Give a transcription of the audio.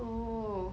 oh